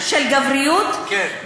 הגברים רוצים לעשות פוזות של גבריות, כן.